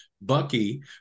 Bucky